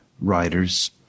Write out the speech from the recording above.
writers